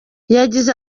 yagize